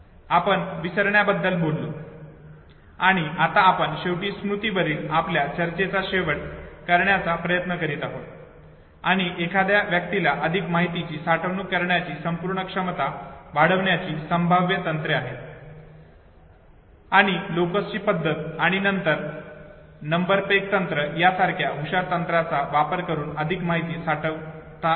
आपण विसरण्याबद्दल बोललो आणि आता आपण शेवटी स्मृती वरील आपल्या चर्चेचा शेवट करण्याचा प्रयत्न करीत आहोत की एखाद्या व्यक्तीला अधिक माहितीची साठवणूक करण्याची संपूर्ण क्षमता वाढविण्याची संभाव्य तंत्रे आहेत आणि लोकसची पद्धत किंवा नंबर पेग तंत्र यासारख्या हुशार तंत्राचा वापर करून अधिक माहिती साठवता येते